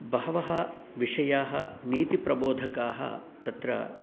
बहवः विषयाः नीतिप्रबोधकाः तत्र